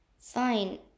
Fine